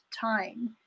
time